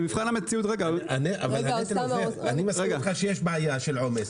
אני מסכים איתך שיש בעיה של עומס.